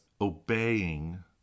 obeying